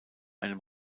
einem